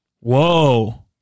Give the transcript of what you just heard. Whoa